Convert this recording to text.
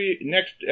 next